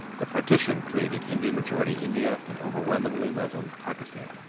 the partition created hindu majority india and overwhelmingly muslim pakistan.